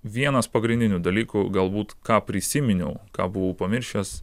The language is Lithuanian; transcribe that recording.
vienas pagrindinių dalykų galbūt ką prisiminiau ką buvau pamiršęs